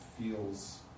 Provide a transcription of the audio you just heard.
feels